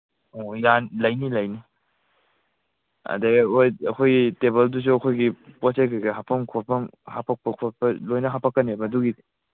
ꯑꯣ ꯂꯩꯅꯤ ꯂꯩꯅꯤ ꯑꯗꯒꯤ ꯍꯣꯏ ꯑꯩꯈꯣꯏꯒꯤ ꯇꯦꯕꯜꯗꯨꯁꯨ ꯑꯩꯈꯣꯏꯒꯤ ꯄꯣꯠ ꯆꯩ ꯀꯔꯤ ꯀꯔꯤ ꯍꯥꯞꯐꯝ ꯈꯣꯠꯐꯝ ꯍꯥꯞꯄꯛꯄ ꯈꯣꯠꯄ ꯂꯣꯏꯃꯛ ꯍꯥꯞꯄꯛꯀꯦꯅꯕ ꯑꯗꯨꯒꯤꯗꯤ